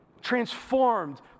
transformed